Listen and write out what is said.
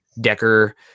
Decker